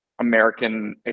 American